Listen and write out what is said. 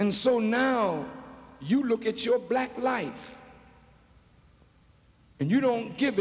and so now you look at your black life and you don't give